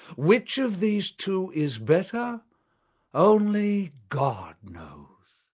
which of these two is better only god knows.